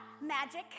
magic